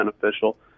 beneficial